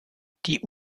die